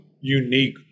unique